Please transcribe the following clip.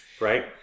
right